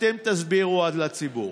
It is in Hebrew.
אתם תסבירו אז לציבור.